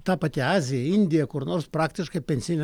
ta pati azija indija kur nors praktiškai pensijinė